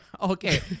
okay